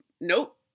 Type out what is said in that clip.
nope